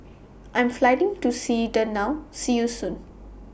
I Am Flying to Sweden now See YOU Soon